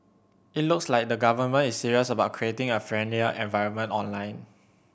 it looks like the Government is serious about creating a friendlier environment online